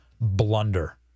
blunder